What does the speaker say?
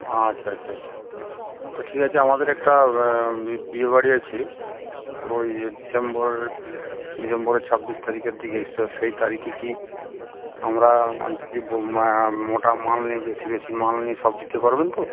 আচ্ছা আচ্ছা আচ্ছা তা ঠিক আছে আমাদের একটা বি বিয়ে বাড়ি আছে ওই ডিসেম্বর ডিসেম্বরের ছাব্বিশ তারিখের দিকে তো সেই তারিকে কি আমরা যদি ব মা মোটা মাল নিই বেশি বেশি মাল নিই সব দিতে পারবেন তো